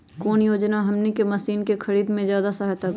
कौन योजना हमनी के मशीन के खरीद में ज्यादा सहायता करी?